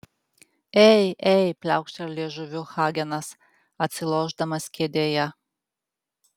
ei ei pliaukštelėjo liežuviu hagenas atsilošdamas kėdėje